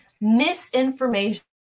Misinformation